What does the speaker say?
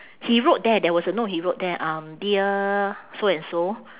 he wrote there there was a note he wrote there um dear so and so